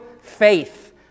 faith